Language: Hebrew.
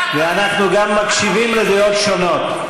ואנחנו גם מקשיבים לדעות שונות.